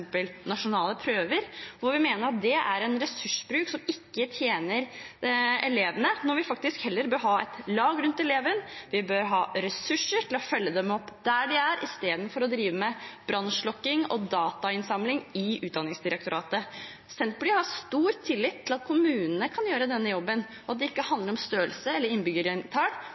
nasjonale prøver. Vi mener det er en ressursbruk som ikke tjener elevene. Vi bør heller ha et lag rundt elevene, og vi bør ha ressurser til å følge dem opp der de er – i stedet for å drive med brannslukking og datainnsamling i Utdanningsdirektoratet. Senterpartiet har stor tillit til at kommunene kan gjøre denne jobben, at det ikke handler om størrelse eller innbyggertall,